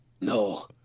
no